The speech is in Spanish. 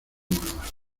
muevas